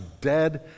dead